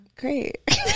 Great